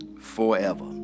forever